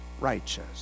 righteous